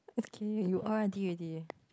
okay you are